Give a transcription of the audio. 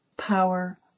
power